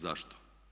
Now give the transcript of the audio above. Zašto?